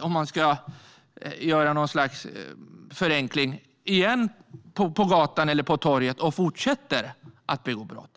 om man ska göra något slags förenkling, ute på gatan eller torget igen och fortsätter att begå brott.